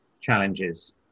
challenges